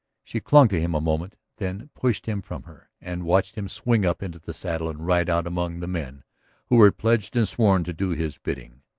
she clung to him a moment, then pushed him from her and watched him swing up into the saddle and ride out among the men who were pledged and sworn to do his bidding.